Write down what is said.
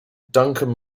duncan